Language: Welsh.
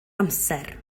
amser